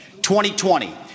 2020